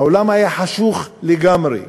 האולם היה חשוך לגמרי.